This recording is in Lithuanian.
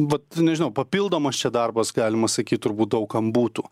vat nežinau papildomas čia darbas galima sakyt turbūt daug kam būtų